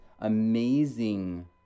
amazing